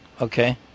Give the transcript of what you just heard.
Okay